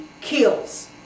kills